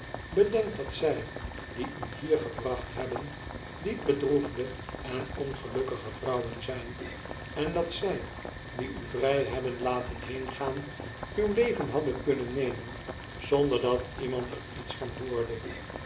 bedenk dat zy die u hier gebracht hebben diepbedroefde en ongelukkige vrouwen zijn en dat zy die u vrij hebben laten heengaan uw leven hadden kunnen nemen zonder dat iemand er iets van hoorde